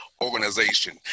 organization